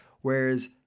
Whereas